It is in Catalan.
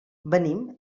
venim